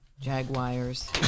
Jaguars